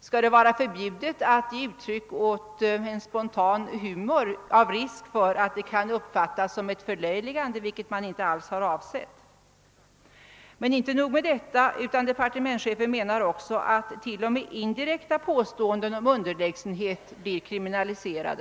Skall det vara förbjudet att ge uttryck åt en spontan humor därför att det kan uppfattas som ett förlöjligande som man inte alls har avsett? Inte nog med detta. Departementschefen menar att t.o.m. indirekta påståenden om underlägsenhet skall kriminaliseras.